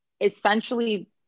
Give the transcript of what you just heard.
essentially